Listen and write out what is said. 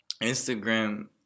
Instagram